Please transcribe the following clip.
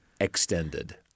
extended